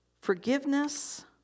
forgiveness